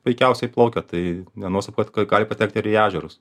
puikiausiai plaukia tai nenuostabu kad kad gali patekt ir į ežerus